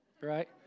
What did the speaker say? right